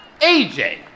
AJ